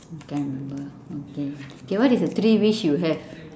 you can't remember ah okay what is the three wish you have